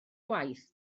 gwaith